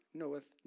knoweth